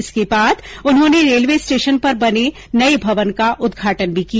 इसके बाद उन्होंने रेलवे स्टेशन पर बने नये भवन का उदघाटन भी किया